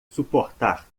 suportar